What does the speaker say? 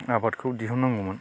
आबादखौ दिहुननांगौमोन